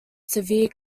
severe